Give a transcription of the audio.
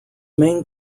main